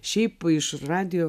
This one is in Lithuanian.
šiaip iš radijo